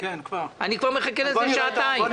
אני מחכה לזה כבר שעתיים.